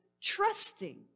trusting